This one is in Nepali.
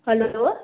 हेलो